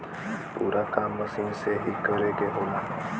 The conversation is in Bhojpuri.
पूरा काम मसीन से ही करे के होला